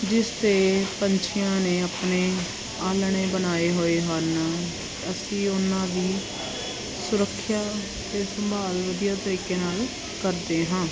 ਜਿਸ 'ਤੇ ਪੰਛੀਆਂ ਨੇ ਆਪਣੇ ਆਲ੍ਹਣੇ ਬਣਾਏ ਹੋਏ ਹਨ ਅਸੀਂ ਉਹਨਾਂ ਦੀ ਸੁਰੱਖਿਆ ਅਤੇ ਸੰਭਾਲ ਵਧੀਆ ਤਰੀਕੇ ਨਾਲ ਕਰਦੇ ਹਾਂ